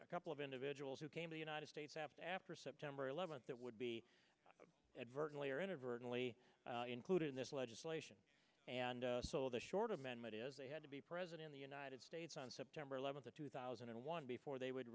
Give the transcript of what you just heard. a couple of individuals who came to united states after september eleventh that would be advertently or inadvertently included in this legislation and so the short amendment is they had to be present in the united states on september eleventh two thousand and one before they would